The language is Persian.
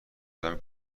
بودم